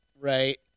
right